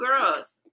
girls